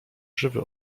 żywy